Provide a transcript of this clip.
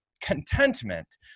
contentment